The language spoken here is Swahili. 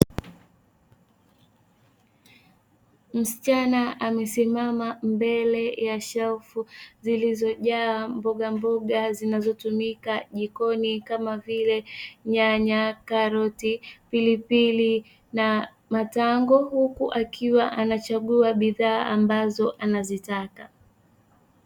Msichana amesimama mbele ya shelfu zilizojaa mbogamboga zinazotumika jikoni kama vile: nyanya, karoti, pilipili na matango; huku akiwa anachagua bidhaa ambazo anazitaka.